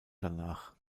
danach